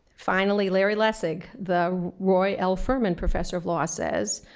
finally, larry lessig. the roy l. furman professor of law says,